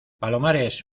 palomares